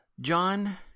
John